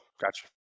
gotcha